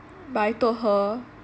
but I told her